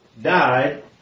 died